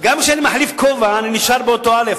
גם כשאני מחליף כובע אני נשאר באותו א'.